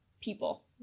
people